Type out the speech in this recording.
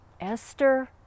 Esther